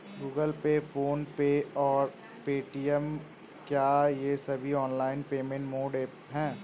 Google Pay PhonePe और Paytm क्या ये सभी ऑनलाइन पेमेंट मोड ऐप हैं?